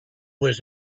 was